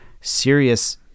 serious